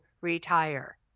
retire